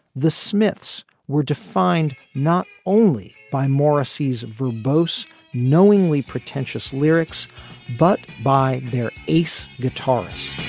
the smiths were defined not only by morrissey's verbose knowingly pretentious lyrics but by their ace guitarist